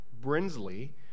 brinsley